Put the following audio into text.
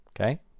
Okay